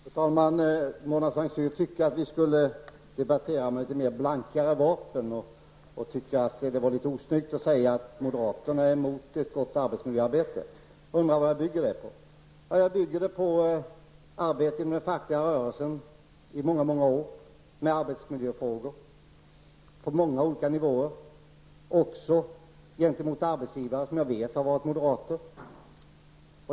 Fru talman! Mona Saint Cyr tycker att vi skall debattera med litet blankare vapen. Hon tycker att det var litet osnyggt att säga att moderaterna är mot ett gott arbetsmiljöarbete. Hon undrar vad jag bygger det på. Jag bygger det på arbete inom den fackliga rörelsen i många år med arbetsmiljöfrågor på många olika nivåer, också gentemot arbetsgivare som jag vet har varit moderater.